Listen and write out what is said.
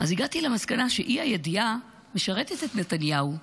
הגעתי למסקנה שאי-הידיעה משרתת את נתניהו,